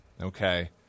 Okay